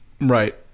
right